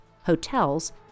hotels